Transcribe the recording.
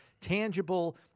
tangible